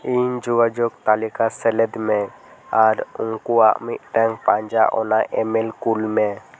ᱤᱧᱟᱹᱜ ᱡᱳᱜᱟᱡᱳᱜᱽ ᱛᱟᱹᱞᱤᱠᱟ ᱥᱮᱞᱮᱫᱽ ᱢᱮ ᱟᱨ ᱩᱱᱠᱩᱣᱟᱜ ᱢᱤᱫᱴᱟᱝ ᱯᱟᱸᱡᱟ ᱟᱱ ᱤ ᱢᱮᱞ ᱠᱩᱞ ᱢᱮ